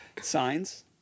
Signs